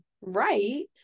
right